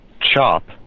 chop